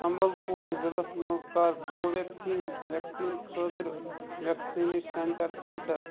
سمبلپوٗر ضلعس مَنٛز کَر کو ویکسیٖن ویکسیٖن خٲطرٕ ویکسیٖنٕچ سینٹر فلٹر